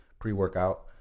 pre-workout